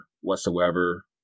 whatsoever